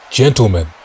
gentlemen